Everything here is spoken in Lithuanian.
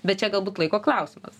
bet čia galbūt laiko klausimas